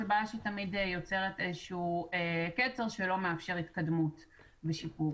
זה בעיה שתמיד יוצרת איזשהו קצר שלא מאפשר התקדמות לשיפור.